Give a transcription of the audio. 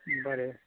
बरें